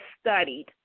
studied